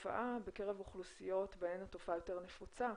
התופעה בקרב אוכלוסיות בהן התופעה יותר נפוצה.